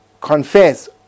confess